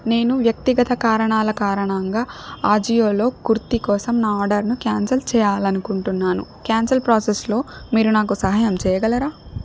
నేను వ్యక్తిగత కారణాల కారణంగా అజియోలో కుర్తి కోసం నా ఆర్డర్ను క్యాన్సల్ చేయాలి అనుకుంటున్నాను క్యాన్సల్ ప్రాసెస్లో మీరు నాకు సహాయం చేయగలరా